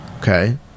Okay